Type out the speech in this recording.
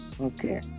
Okay